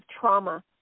trauma